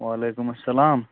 وعلیکُم السَلام